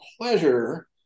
pleasure